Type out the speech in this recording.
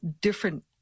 different